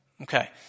Okay